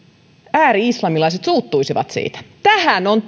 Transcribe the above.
ääri islamilaiset suuttuisivat siitä tähän on